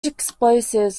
explosives